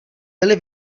byly